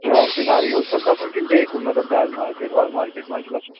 چار چنارٕے یوت چھِ حظ گژھُن کِنہٕ بیٚیہِ کُن مطلب ڈل مارکیٹ وَل مارکیٹ ما چھُ گژھُن